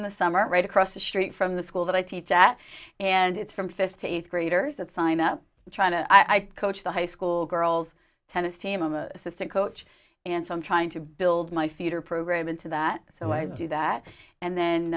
in the summer right across the street from the school that i teach at and it's from fifty eighth graders that sign up trying to i coach the high school girls tennis team a sister coach and so i'm trying to build my future program into that so i do that and then